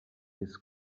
his